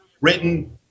written